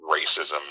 racism